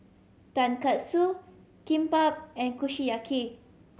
Tonkatsu Kimbap and Kushiyaki